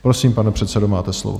Prosím, pane předsedo, máte slovo.